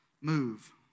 move